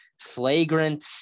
flagrant